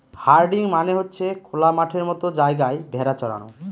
herding মানে হচ্ছে খোলা মাঠের মতো জায়গায় ভেড়া চরানো